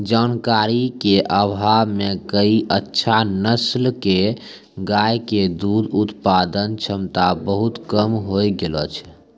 जानकारी के अभाव मॅ कई अच्छा नस्ल के गाय के दूध उत्पादन क्षमता बहुत कम होय गेलो छै